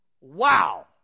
Wow